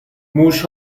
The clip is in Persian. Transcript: موش